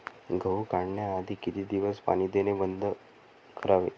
गहू काढण्याआधी किती दिवस पाणी देणे बंद करावे?